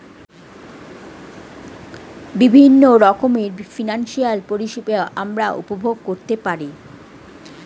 বিভিন্ন রকমের ফিনান্সিয়াল পরিষেবা আমরা উপভোগ করতে পারি